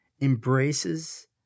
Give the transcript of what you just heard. embraces